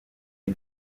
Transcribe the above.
des